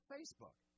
Facebook